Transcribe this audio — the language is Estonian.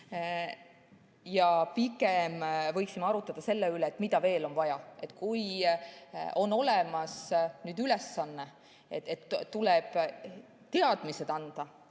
Pigem võiksime arutleda selle üle, mida veel on vaja. Nüüd on olemas ülesanne, et tuleb teadmised anda